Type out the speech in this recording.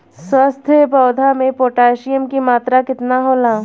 स्वस्थ पौधा मे पोटासियम कि मात्रा कितना होला?